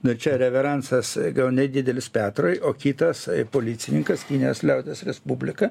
nu čia reveransas gal nedidelis petrui o kitas policininkas kinijos liaudies respublika